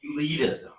elitism